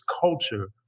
culture